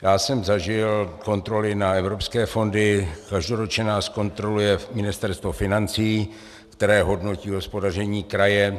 Já jsem zažil kontroly na evropské fondy, každoročně nás kontroluje Ministerstvo financí, které hodnotí hospodaření kraje.